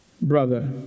brother